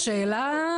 שאלה